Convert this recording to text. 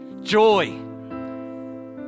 joy